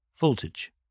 voltage